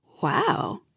wow